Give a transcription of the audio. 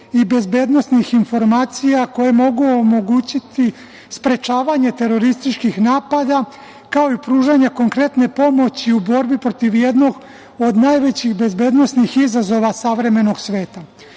i bezbednosnih informacija koje mogu omogućiti sprečavanje terorističkih napada, kao i pružanje konkretne pomoći u borbi protiv jednog od najvećih bezbednosnih izazova savremenog sveta. Više